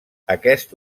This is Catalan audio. aquest